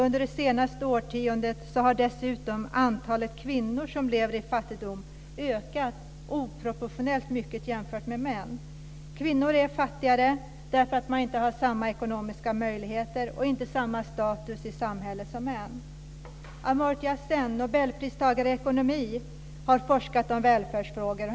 Under det senaste årtiondet har dessutom antalet kvinnor som lever i fattigdom ökat oproportionellt mycket jämfört med antalet män. Kvinnor är fattigare därför att de inte har samma ekonomiska möjligheter och samma status i samhället som män. Amartya Sen, nobelpristagare i ekonomi, har forskat om välfärdsfrågor.